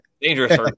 dangerous